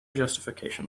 justification